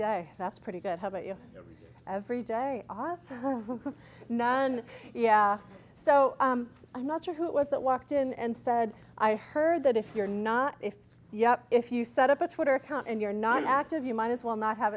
day that's pretty good how about you know every day and yeah so i'm not sure who it was that walked in and said i heard that if you're not if yeah if you set up a twitter account and you're not active you might as well not have